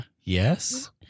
yes